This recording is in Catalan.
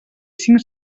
cinc